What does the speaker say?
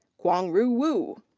kuang-ru wu.